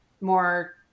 more